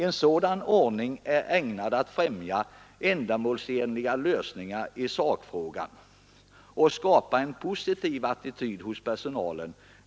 En sådan ordning är ägnad att främja ändamålsenliga lösningar i sakfrågan och skapa en positiv attityd hos personalen.